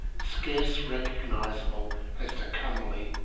scarce recognizable as the comely,